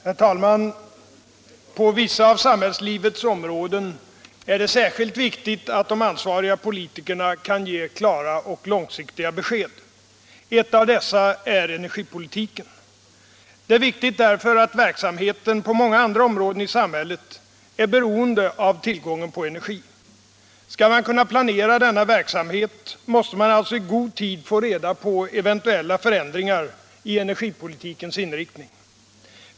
Herr talman! På vissa av samhällslivets områden är det särskilt viktigt att de ansvariga politikerna kan ge klara och långsiktiga besked. Ett av dessa är energipolitiken. Det är viktigt därför att verksamheten på många andra områden i samhället är beroende av tillgången på energi. Skall man kunna planera denna verksamhet måste man alltså i god tid få reda på eventuella förändringar i energipolitikens inriktning.